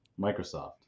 Microsoft